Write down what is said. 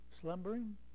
slumbering